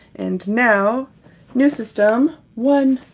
and now new system one!